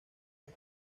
los